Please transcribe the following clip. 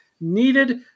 needed